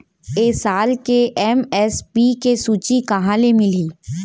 ए साल के एम.एस.पी के सूची कहाँ ले मिलही?